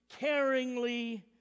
caringly